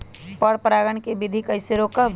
पर परागण केबिधी कईसे रोकब?